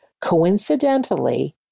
Coincidentally